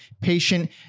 patient